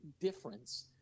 difference